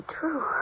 true